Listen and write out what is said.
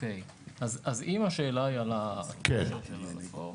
אז אם השאלה היא על ההשלכות של הרפורמה,